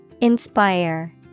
Inspire